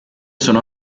sono